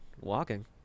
walking